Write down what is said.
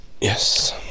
Yes